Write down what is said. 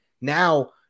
Now